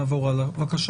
שתי